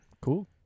Cool